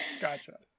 Gotcha